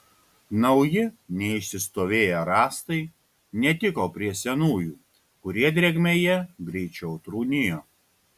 nauji neišsistovėję rąstai netiko prie senųjų kurie drėgmėje greičiau trūnijo